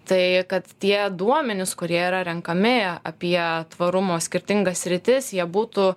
tai kad tie duomenys kurie yra renkami apie tvarumo skirtingas sritis jie būtų